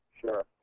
Sure